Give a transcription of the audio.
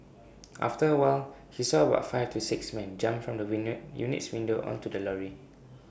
after A while he saw about five to six men jump from the unit unit's windows onto the lorry